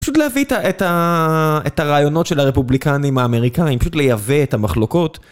פשוט להביא את הרעיונות של הרפובליקנים האמריקאים, פשוט לייבא את המחלוקות.